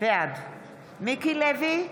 בעד מיקי לוי,